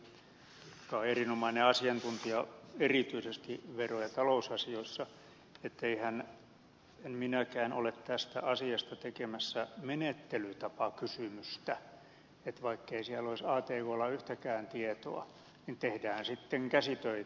kallikselle joka on erinomainen asiantuntija erityisesti vero ja talousasioissa etten minäkään ole tästä asiasta tekemässä menettelytapakysymystä että vaikkei siellä olisi atklla yhtäkään tietoa niin tehdään sitten käsitöitä